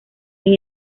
sin